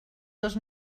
dos